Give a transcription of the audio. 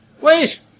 Wait